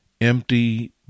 empty